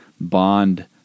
bond